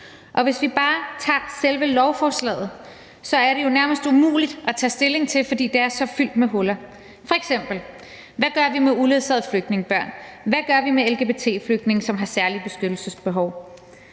Hvis vi bare tager selve lovforslaget, er det jo nærmest umuligt at tage stilling til, fordi det er så fyldt med huller – f.eks.: Hvad gør vi med uledsagede flygtningebørn? Hvad gør vi med lgbt-flygtninge, som har særligt beskyttelsesbehov?